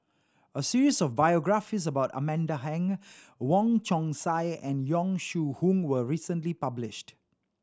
a series of biographies about Amanda Heng Wong Chong Sai and Yong Shu Hoong was recently published